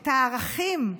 את הערכים,